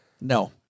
No